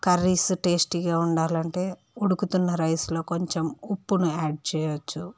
curries టేస్టీగా ఉండాలంటే ఉడుకుతున్న రైస్లో కొంచెం ఉప్పును యాడ్ చేయచ్చు